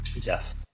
yes